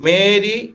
Mary